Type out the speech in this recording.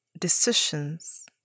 decisions